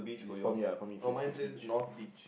it's for me yeah for me says to the beach